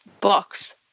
box